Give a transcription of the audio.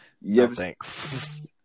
Yes